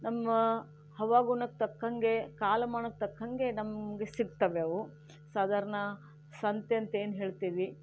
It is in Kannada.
ನಮ್ಮ ಹವಾಗುಣಕ್ಕೆ ತಕ್ಕಂಗೆ ಕಾಲಮಾನಕ್ಕೆ ತಕ್ಕಂಗೆ ನಮಗೆ ಸಿಗ್ತವೆ ಅವು ಸಾಧಾರಣ ಸಂತೆ ಅಂತ ಏನು ಹೇಳ್ತೀವಿ